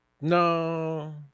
No